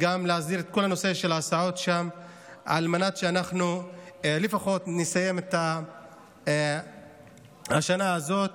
גם להסדיר את כל נושא ההסעות שם על מנת שאנחנו לפחות נסיים את השנה הזאת